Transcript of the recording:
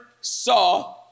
saw